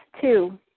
two